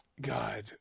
God